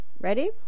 Ready